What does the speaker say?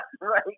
Right